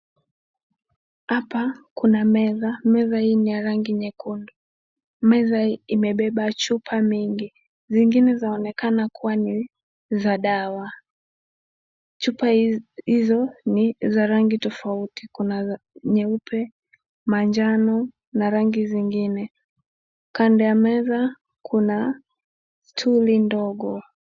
Hapa kuna meza, meza hii ni ya rangi nyekundu. Meza hii imebeba chupa mingi. Zingine zaonekana kuwa ni za dawa. Chupa hizo ni za rangi tofauti. Kuna nyeupe, manjano na rangi zingine. Kando ya meza kuna stuli ndogo.